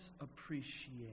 appreciate